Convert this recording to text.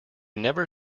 never